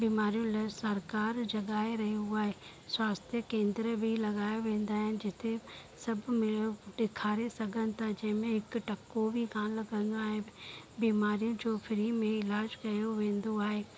बीमारियुनि लाइ सरकार जॻाए रहियो आहे स्वास्थय केन्द्र बि लॻायां वेंदा आहिनि जिते सभु में ॾेखारे सघनि था जंहिंमें हिकु टको बि कोन लॻंदो आहे बीमारियुनि जो फ्री में इलाजु कयो वेंदो आहे